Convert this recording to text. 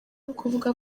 kuvuga